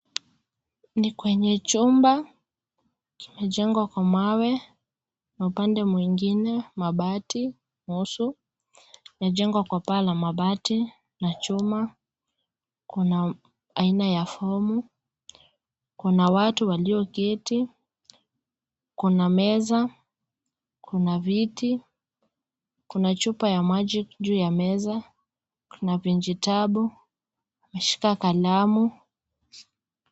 Ni kwenye jumba limejengwa kwa mawe na upande mwingine mabati nusu limejengwa kwa paa la mabati na chuma . Kuna aina ya fomu , kuna watu walioketi kuna meza kuna viti , kuna chupa ya maji juu ya meza na vijitabu , ameshika kalamu.